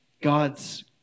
God's